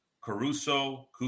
caruso